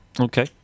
okay